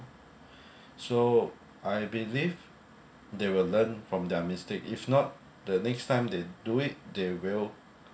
so I believe they will learn from their mistake if not the next time they do it they will